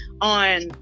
on